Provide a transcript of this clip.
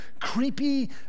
creepy